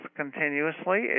continuously